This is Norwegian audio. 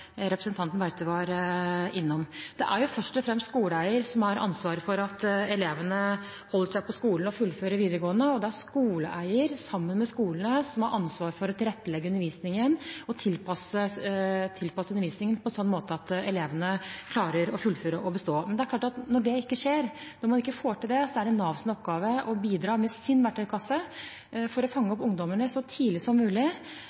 representanten Bergstø var inne på. Det er først og fremst skoleeier som har ansvaret for at elevene holder seg på skolen og fullfører videregående. Det er skoleeier sammen med skolene som har ansvar for å tilrettelegge undervisningen og tilpasse undervisningen på en sånn måte at elevene klarer å fullføre og bestå. Men det er klart at når det ikke skjer, når man ikke får til det, er det Navs oppgave å bidra med sin verktøykasse for å fange opp ungdommene så tidlig som mulig,